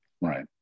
Right